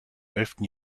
elften